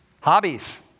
Hobbies